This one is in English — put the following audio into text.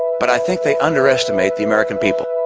but i think they underestimate the american people.